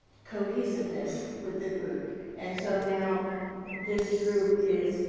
cohesiveness with the group and so now this group is